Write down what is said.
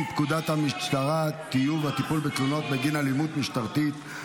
פקודת המשטרה (טיוב הטיפול בתלונות בגין אלימות משטרתית),